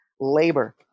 labor